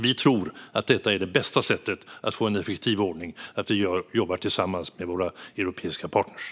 Att vi jobbar tillsammans med våra europeiska partner tror vi är det bästa sättet att få en effektiv ordning.